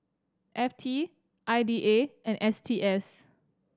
F T I D A and S T S